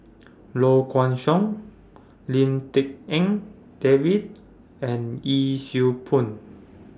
Low Kway Song Lim Tik En David and Yee Siew Pun